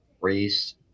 race